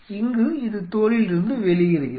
இங்கு இது தோலில் இருந்து வெளியேறுகிறது